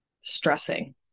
stressing